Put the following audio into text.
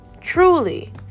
truly